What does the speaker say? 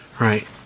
right